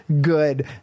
good